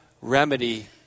remedy